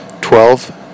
twelve